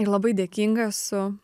ir labai dėkinga esu